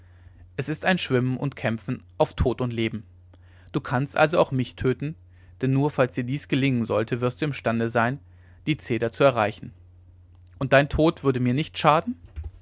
es ist ein schwimmen und kämpfen auf tod und leben du kannst also auch mich töten denn nur falls dir dies gelingen sollte wirst du imstande sein die zeder zu erreichen und dein tod würde mir nicht schaden